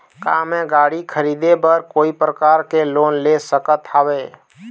का मैं गाड़ी खरीदे बर कोई प्रकार के लोन ले सकत हावे?